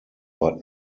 but